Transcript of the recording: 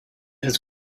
has